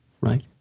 Right